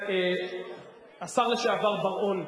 השר לשעבר בר-און,